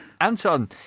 Anton